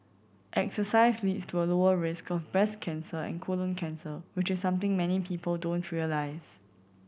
exercise leads to a lower risk of breast cancer and colon cancer which is something many people don't realise